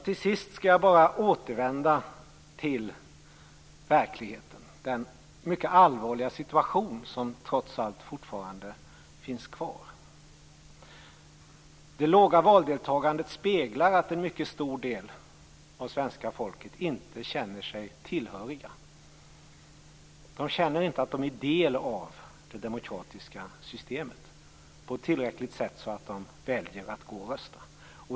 Till sist skall jag bara återvända till verkligheten, till den mycket allvarliga situation som trots allt fortfarande råder. Det låga valdeltagandet speglar att en mycket stor del av svenska folket inte känner sig tillhöriga, inte känner att de är del av det demokratiska systemet tillräckligt mycket för att välja att gå och rösta.